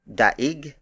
daig